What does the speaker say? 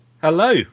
Hello